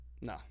No